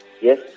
yes